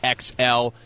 XL